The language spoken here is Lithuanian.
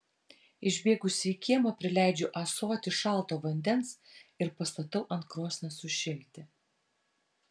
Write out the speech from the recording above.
išbėgusi į kiemą prileidžiu ąsotį šalto vandens ir pastatau ant krosnies sušilti